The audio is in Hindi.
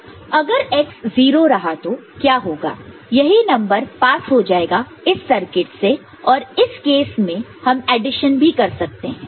अगर X 0 रहा तो क्या होगा यही नंबर पास हो जाएगा इसी सर्किट से और इस केस हम एडिशन भी कर सकते हैं